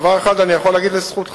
דבר אחד אני יכול לומר לזכותך,